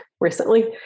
recently